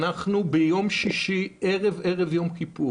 שאנחנו ביום שישי ערב יום כיפור,